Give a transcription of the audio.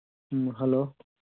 ꯎꯝ hello